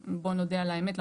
בוא נודה על האמת,